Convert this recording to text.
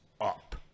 up